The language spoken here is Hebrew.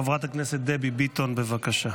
חברת הכנסת דבי ביטון, בבקשה.